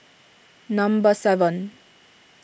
number seven